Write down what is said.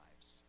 lives